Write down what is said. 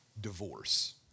divorce